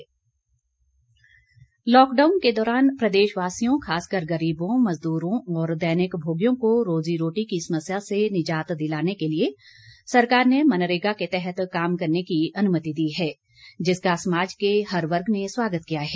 अनुमति लॉकडाउन के दौरान प्रदेशवासियों खासकर गरीबों मजदूरों और दैनिक भोगियों को रोज़ी रोटी की समस्या से निजात दिलाने के लिए सरकार ने मनरेगा के तहत काम करने की अनुमति दी है जिसका समाज के हर वर्ग ने स्वागत किया है